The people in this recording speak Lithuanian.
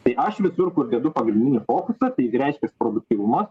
tai aš visur kur dedu pagrindinį fokusą tai reiškias produktyvumo